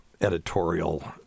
editorial